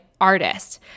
artist